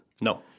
No